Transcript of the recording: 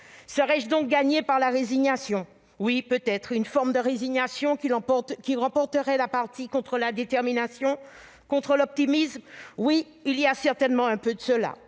Serais-je donc gagnée par la résignation ? Oui, peut-être. Par une forme de résignation qui remporterait la partie contre la détermination et l'optimisme ? Il y a certainement un peu de cela